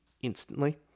instantly